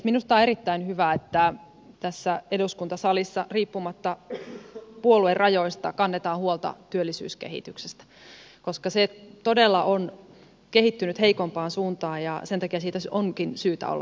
minusta on erittäin hyvä että tässä eduskuntasalissa riippumatta puoluerajoista kannetaan huolta työllisyyden kehityksestä koska se todella on kehittynyt heikompaan suuntaan ja sen takia siitä onkin syytä olla huolissaan